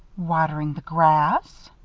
watering the grass?